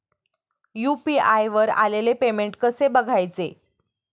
UPI वर आलेले payment कसे बघायचे?